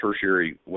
tertiary